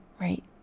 right